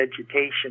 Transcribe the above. vegetation